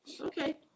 Okay